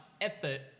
effort